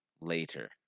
later